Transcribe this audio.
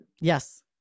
yes